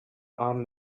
armed